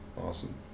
awesome